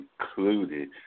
included